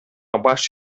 баш